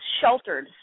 sheltered